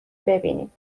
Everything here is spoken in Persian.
ببینید